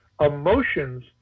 Emotions